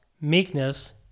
Meekness